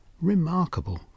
remarkable